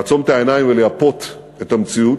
לעצום את העיניים ולייפות את המציאות.